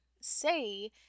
say